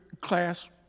class